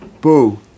Boo